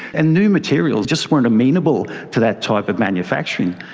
and new materials just weren't amenable to that type of manufacturing.